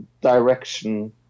direction